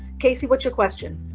kaycee, what's your question?